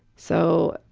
so,